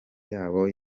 yabo